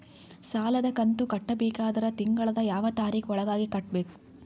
ಸಾಲದ ಕಂತು ಕಟ್ಟಬೇಕಾದರ ತಿಂಗಳದ ಯಾವ ತಾರೀಖ ಒಳಗಾಗಿ ಕಟ್ಟಬೇಕು?